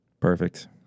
Perfect